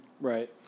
Right